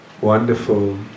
wonderful